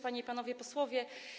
Panie i Panowie Posłowie!